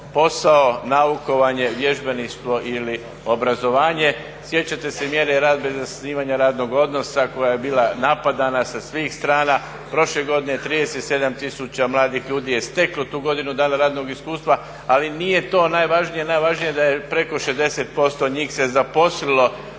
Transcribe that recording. posao, naukovanje, vježbeništvo ili obrazovanje. Sjećate se mjere rad bez zasnivanja radnog odnosa koja je bila napadana sa svih strana. Prošle godine 37 000 mladih ljudi je steklo tu godinu dana radnog iskustva. Ali nije to najvažnije, najvažnije je da je preko 60% njih se zaposlilo